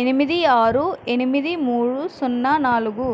ఎనిమిది ఆరు ఎనిమిది మూడు సున్నా నాలుగు